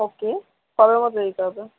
ওকে কবের মধ্যে দিতে হবে